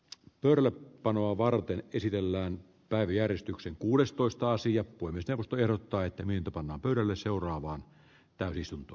pöydälle panoa varten esitellään päivi järistyksen kuudestoista sija voimistelusta erottaa että niin pannaan pöydälle seuraavaan täysistunto